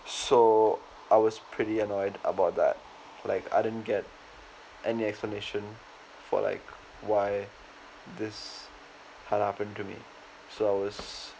so I was pretty annoyed about that like I didn't get any explanation for like why this had happened to me so I was